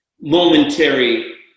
momentary